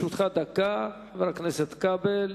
לרשותך דקה, חבר הכנסת כבל.